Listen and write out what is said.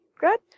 good